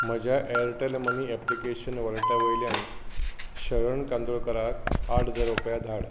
म्हज्या Airtel money application वॉलेटा वयल्यान शरण कांदोळकाराक आठ हजार रुपया धाड